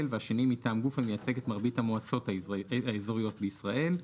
והשני מטעם גוף המייצג את מרבית המועצות האזוריות בישראל,